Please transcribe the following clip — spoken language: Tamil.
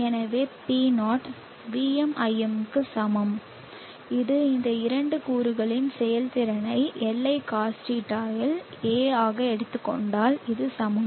எனவே P0 VmIm க்கு சமம் இது இந்த இரண்டு கூறுகளின் செயல்திறனை Li cos θ இல் A ஆக எடுத்துக் கொண்டால் இது சமம்